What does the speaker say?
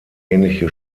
ähnliche